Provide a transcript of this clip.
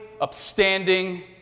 upstanding